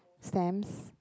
stamps